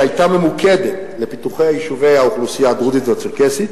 שהיתה ממוקדת בפיתוח יישובי האוכלוסייה הדרוזית והצ'רקסית,